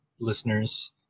listeners